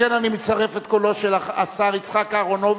שכן אני מצרף את קולו של השר יצחק אהרונוביץ,